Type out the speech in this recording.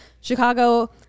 Chicago